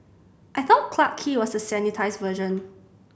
I thought Clarke Quay was the sanitised version